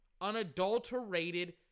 unadulterated